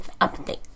update